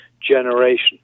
generation